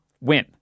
win